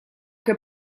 que